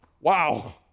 wow